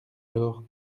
alors